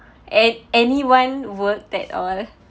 a~ any one worked at all